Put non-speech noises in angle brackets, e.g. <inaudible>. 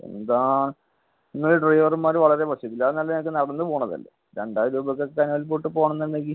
എന്താണ് നിങ്ങൾ ഡ്രൈവർമാർ വളരെ <unintelligible> അതിലും നല്ലത് ഞങ്ങൾക്ക് നടന്ന് പോവുന്നതല്ലേ രണ്ടായിരം രൂപയ്ക്കൊക്കെ കനാൽ പ്ലോട്ട് പോവണമെന്നുണ്ടെങ്കിൽ